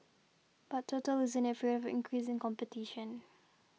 but Total isn't afraid of increasing competition